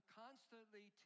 constantly